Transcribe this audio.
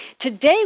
Today